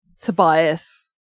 tobias